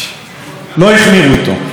נתנו לו שנתיים מאסר.